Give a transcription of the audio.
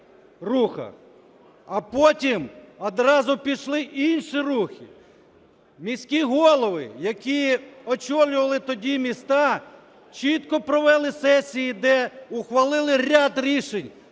А потім одразу пішли інші рухи. Міські голови, які очолювали тоді міста, чітко провели сесії, де ухвалили ряд рішень.